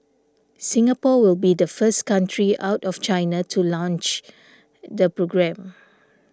Singapore will be the first country out of China to launch the programme